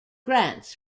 grants